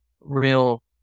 real